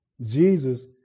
Jesus